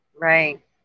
right